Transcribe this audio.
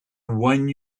one